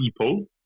people